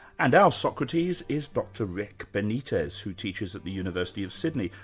and our socrates is dr rick benitez, who teaches as the university of sydney.